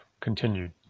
Continued